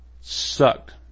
sucked